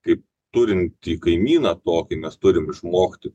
kaip turintį kaimyną tokį mes turim išmokti